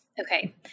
Okay